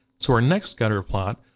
so our next scatterplot,